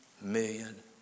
million